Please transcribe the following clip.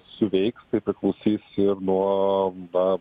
suveiks tai priklausys ir nuo na